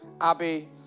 Abby